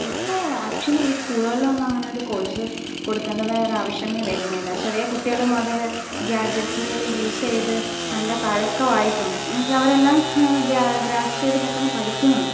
ഇപ്പോള് ആക്ച്വലി സ്കൂളുകളിൽ ഒന്നും അങ്ങനെ ഒരു കോഴ്സ് കൊടുക്കേണ്ടതായ ഒരു ആവശ്യമേ വരുന്നില്ല ചെറിയ കുട്ടികള് മുതല് ഗാഡ്ജറ്റ്സുകള് യൂസ് ചെയ്ത് നല്ല തഴക്കമായിട്ടുണ്ട് അവരെല്ലാം ഗ്രാസ്പ് ചെയ്ത് പെട്ടെന്ന് പഠിക്കുന്നുണ്ട്